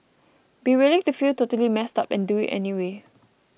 be willing to feel totally messed up and do it anyway